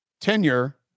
tenure